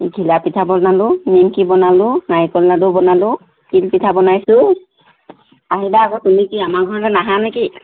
ঘিলা পিঠা বনালোঁ নিমকি বনালোঁ নাৰিকল লাডু বনালোঁ তিল পিঠা বনাইছোঁ আহিবা আকৌ তুমি কি আমাৰ ঘৰলৈ নাহা নে কি